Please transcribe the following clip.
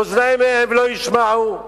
אוזניים להם ולא ישמעו.